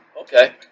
Okay